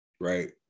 right